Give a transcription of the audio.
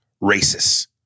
racists